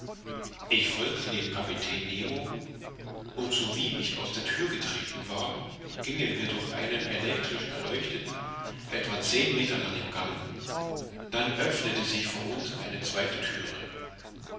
ich folgte dem kapitän nemo und sowie ich aus der thür getreten war gingen wir durch einen elektrisch erleuchteten etwa zehn meter langen gang dann öffnete sich vor uns eine zweite thüre